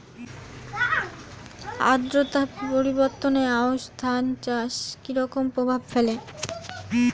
আদ্রতা পরিবর্তন আউশ ধান চাষে কি রকম প্রভাব ফেলে?